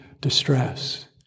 distress